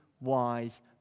wise